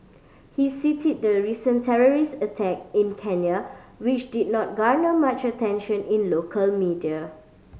he cited the recent terrorist attack in Kenya which did not garner much attention in local media